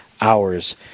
hours